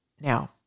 Now